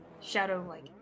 shadow-like